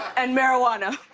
and marijuana.